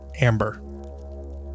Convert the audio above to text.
amber